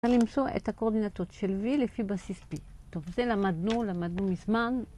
‫...למצוא את הקואורדינטות של V ‫לפי בסיס-P. ‫טוב, זה למדנו, למדנו מזמן.